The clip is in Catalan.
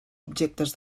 objectes